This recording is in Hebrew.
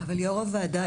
יו"ר הוועדה,